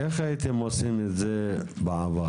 איך הייתם עושים את זה בעבר?